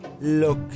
Look